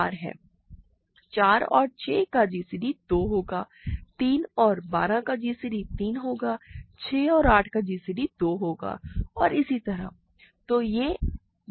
4 और 6 का Gcd 2 होगा 3 और 12 का Gcd 3 होगा और 6 और 8 का gcd 2 होगा और इसी तरह ठीक है